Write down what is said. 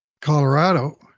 Colorado